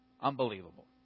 unbelievable